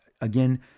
again